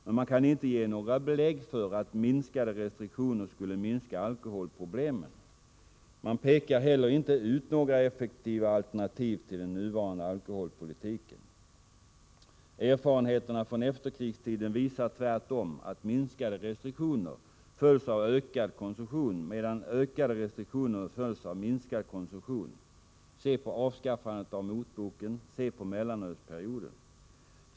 Men man kan inte ge några belägg för att minskade restriktioner skulle minska alkoholproblemen. Man pekar heller inte ut några effektiva alternativ till den nuvarande alkoholpolitiken. Erfarenheterna från efterkrigstiden visar tvärtom att minskade restriktioner följs av ökad konsumtion medan ökade restriktioner följs av minskad konsumtion. Se på avskaffandet av motboken! Se på mellanölsperioden!